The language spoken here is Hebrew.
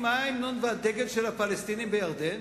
הפלסטינים, מה ההמנון והדגל של הפלסטינים בירדן?